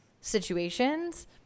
situations